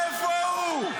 איפה הוא?